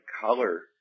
color